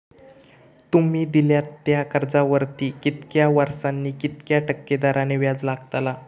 तुमि दिल्यात त्या कर्जावरती कितक्या वर्सानी कितक्या टक्के दराने व्याज लागतला?